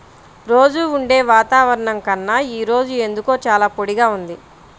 రోజూ ఉండే వాతావరణం కన్నా ఈ రోజు ఎందుకో చాలా పొడిగా ఉంది